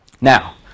Now